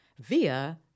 via